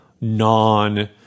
non